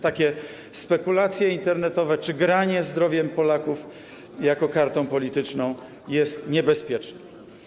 Takie spekulacje internetowe czy granie zdrowiem Polaków jako kartą polityczną jest niebezpieczne.